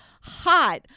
hot